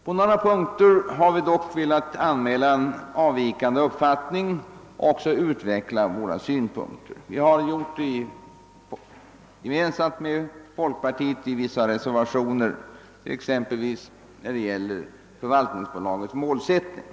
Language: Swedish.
På några punkter har vi dock velat anmäla en avvikande uppfattning och utvecklat våra synpunkter. Vi har gjort detta gemensamt med folkpartiet i vissa reservationer, exempelvis när det gäller förvaltningsbolagets målsättning.